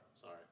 Sorry